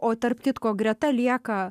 o tarp kitko greta lieka